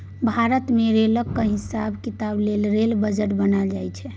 भारत मे रेलक हिसाब किताब लेल रेल बजट बनाएल जाइ छै